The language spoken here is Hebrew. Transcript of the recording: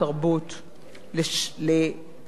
לשמור